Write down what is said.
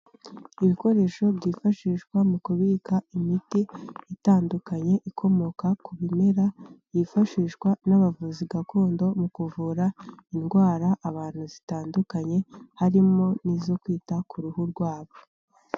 Ibikoresho byifashishwa mu kubika imiti itandukanye ikomoka ku bimera yifashishwa n'abavuzi gakondo mu kuvura indwara abantu zitandukanye, harimo n'izo kwita ku ruhu rwabo.